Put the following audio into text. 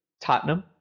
Tottenham